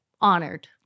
honored